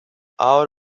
out